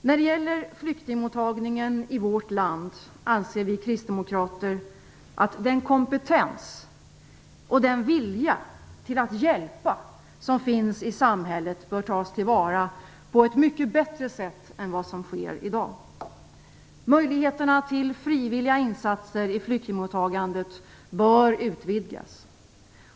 När det gäller flyktingmottagningen i vårt land anser vi kristdemokrater att den kompetens och den vilja att hjälpa som finns i samhället bör tas till vara på ett mycket bättre sätt än vad som sker i dag. Möjligheterna till frivilliga insatser i flyktingmottagandet bör utvidgas.